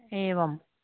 एवम्